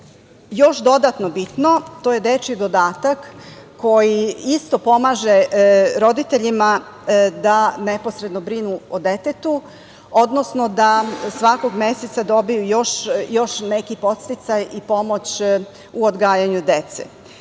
još dodatno bitno, to je dečiji dodatak koji isto pomaže roditeljima da neposredno brinu o detetu, odnosno da svakog meseca dobiju još neki podsticaj i pomoć u odgajanju dece.